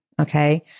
Okay